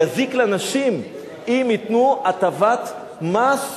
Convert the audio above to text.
זה יזיק לנשים אם ייתנו הטבת מס לבעל.